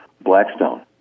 Blackstone